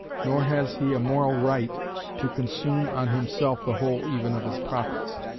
nor has he a moral right to consume on himself the whole even of his profits.